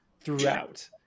throughout